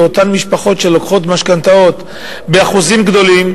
ואותן משפחות שלוקחות משכנתאות באחוזים גדולים